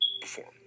perform